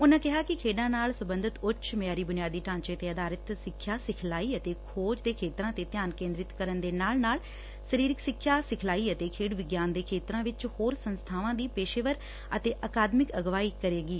ਉਨ੍ਹਾ ਕਿਹਾ ਕਿ ਖੇਡਾਂ ਨਾਲ ਸਬੰਧਤ ਉਂਚ ਮਿਆਰੀ ਬੁਨਿਆਦੀ ਢਾਂਚੇ ਤੇ ਅਧਾਰਿਤ ਸਿੱਖਿਆ ਸਿਖਲਾਈ ਅਤੇ ਖੋਜ ਦੇ ਖੇਤਰਾਂ ਤੇ ਧਿਆਨ ਕੇਂਦਰਿਤ ਕਰਨ ਦੇ ਨਾਲ ਨਾਲ ਸਰੀਰਕ ਸਿੱਖਿਆ ਸਿਖਲਾਈ ਅਤੇ ਖੇਡ ਵਿਗਿਆਨ ਦੇ ਖੇਤਰਾਂ ਵਿੱਚ ਹੋਰ ਸੰਸਥਾਵਾਂ ਦੀ ਪੇਸ਼ੇਵਰ ਅਤੇ ਅਕਾਦਮਿਕ ਅਗਵਾਈ ਕਰੇਗੀ